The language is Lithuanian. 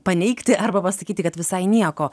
paneigti arba pasakyti kad visai nieko